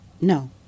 No